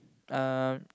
um